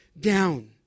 down